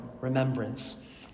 remembrance